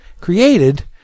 Created